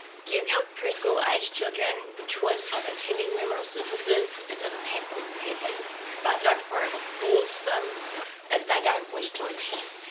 give your preschool age children the choice of attending memorial services it doesn't have to happen but don't forever force them if they don't wish to attend.